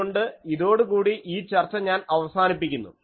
അതുകൊണ്ട് ഇതോടുകൂടി ഈ ചർച്ച ഞാൻ അവസാനിപ്പിക്കുന്നു